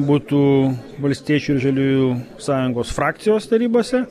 būtų valstiečių ir žaliųjų sąjungos frakcijos tarybose